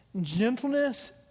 Gentleness